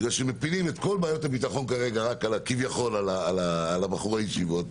בגלל שמפילים את כל בעיות הביטחון כרגע כביכול רק על בחורי הישיבות,